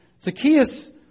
Zacchaeus